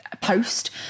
post